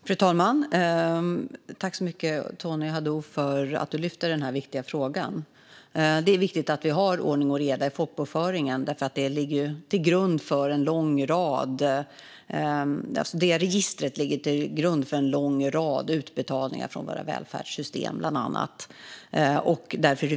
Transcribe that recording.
Fru talman! Tack så mycket, Tony Haddou, för att du lyfter den här viktiga frågan! Det är viktigt att vi har ordning och reda i folkbokföringen, eftersom registret ligger till grund för en lång rad utbetalningar från våra välfärdssystem bland annat.